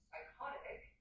iconic